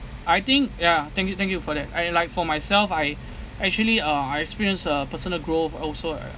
I think ya thank you thank you for that I like for myself I actually uh I experience a personal growth also uh